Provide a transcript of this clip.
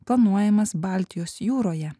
planuojamas baltijos jūroje